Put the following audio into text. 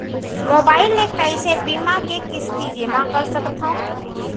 Mobile ले कइसे बीमा के किस्ती जेमा कर सकथव?